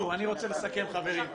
אני רוצה לסכם, חברים.